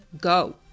go